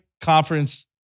conference